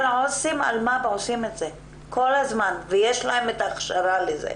אבל עו"סים אלמ"ב עושים את זה כל הזמן ויש להם את ההכשרה לזה.